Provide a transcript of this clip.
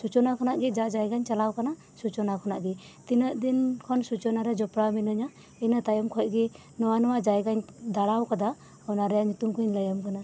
ᱥᱩᱪᱚᱱᱟ ᱠᱷᱚᱱᱟᱜ ᱜᱤ ᱡᱟ ᱡᱟᱭᱜᱟᱧ ᱪᱟᱞᱟᱣ ᱟᱠᱟᱱᱟ ᱥᱩᱪᱚᱱᱟ ᱠᱷᱚᱱᱟᱜ ᱜᱤ ᱛᱤᱱᱟᱹ ᱜ ᱫᱤᱱ ᱠᱷᱚᱱ ᱥᱩᱪᱚᱱᱟᱨᱮ ᱡᱚᱯᱲᱟᱣ ᱢᱤᱱᱟᱹᱧᱟ ᱤᱱᱟᱹ ᱛᱟᱭᱚᱢ ᱠᱷᱚᱡᱜᱤ ᱱᱚᱣᱟ ᱱᱚᱣᱟ ᱡᱟᱭᱜᱟᱧ ᱫᱟᱬᱟᱣ ᱟᱠᱟᱫᱟ ᱚᱱᱟᱨᱮᱭᱟᱜ ᱧᱩᱛᱩᱢ ᱠᱩᱧ ᱞᱟᱹᱭᱟᱢ ᱠᱟᱱᱟ